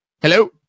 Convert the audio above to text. Hello